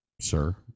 sir